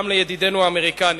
גם לידידנו האמריקנים: